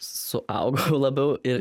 suaugau labiau ir